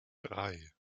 drei